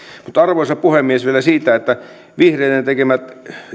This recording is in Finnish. arvoisa puhemies vielä siitä että vihreiden tekemät